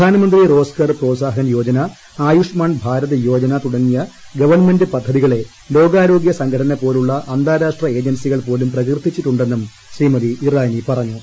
പ്രധാനമന്ത്രി റോസ്ഗർ പ്രോത്സാഹൻ യോജന ആയുഷ്മാൻ ഭാരത് യോജന തുടങ്ങിയ ഗവൺമെന്റ് പദ്ധതികളെ ലോകാരോഗ്യ സംഘടന പോലുള്ള അന്താരാഷ്ട്ര ഏജൻസികൾ പോലും പ്രകീർത്തിച്ചിട്ടുണ്ടെന്നും ശ്രീമതി ഇറാനി പറഞ്ഞു